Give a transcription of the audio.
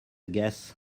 guess